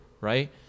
right